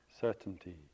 certainty